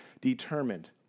determined